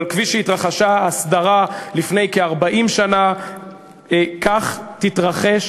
אבל כפי שהתרחשה ההסדרה לפני כ-40 שנה כך תתרחש,